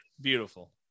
Beautiful